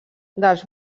dels